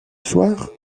soir